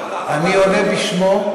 בסדר, אבל, אני עונה בשמו.